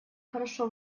хорошо